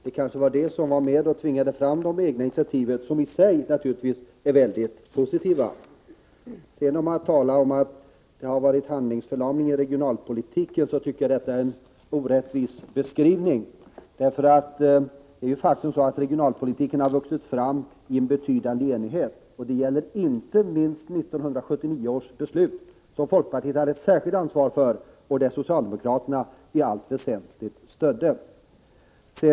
Det kanske var det som bidrog till att tvinga fram de egna initiativen, som i sig naturligtvis är något mycket positivt. Att tala om att det har varit handlingsförlamning i regionalpolitiken tycker jag är en orättvis beskrivning. Det är ju ett faktum att regionalpolitiken har vuxit fram i betydande enighet. Det gäller inte minst 1979 års beslut, som folkpartiet hade ett särskilt ansvar för och som socialdemokraterna i allt väsentligt stödde.